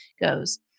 goes